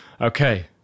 Okay